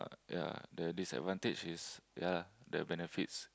ya the disadvantage is ya the benefits